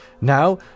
Now